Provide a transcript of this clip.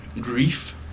grief